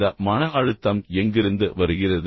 இந்த மன அழுத்தம் எங்கிருந்து வருகிறது